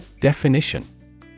Definition